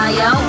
yo